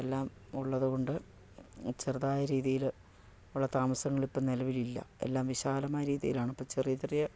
എല്ലാം ഉള്ളത് കൊണ്ട് ചെറുതായ രീതിയിൽ ഉള്ള താമസങ്ങൾ ഇപ്പം നിലവിൽ ഇല്ല എല്ലാം വിശാലമായ രീതിയിലാണ് ഇപ്പം ചെറിയ ചെറിയ